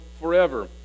forever